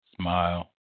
smile